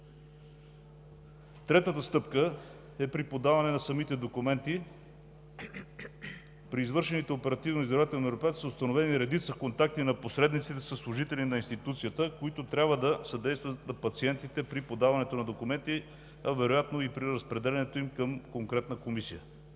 Третата стъпка е при подаване на самите документи. При извършените оперативно-издирвателни мероприятия са установени редица контакти на посредниците със служители на институцията, които трябва да съдействат на пациентите при подаването на документи, а вероятно и при разпределянето им към конкретна комисия.